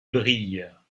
brille